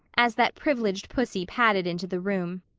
as that privileged pussy padded into the room.